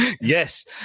Yes